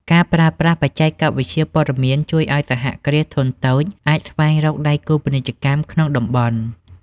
ការប្រើប្រាស់បច្ចេកវិទ្យាព័ត៌មានជួយឱ្យសហគ្រាសធុនតូចអាចស្វែងរកដៃគូពាណិជ្ជកម្មក្នុងតំបន់។